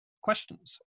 questions